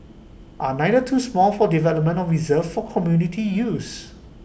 are either too small for development or reserved for community use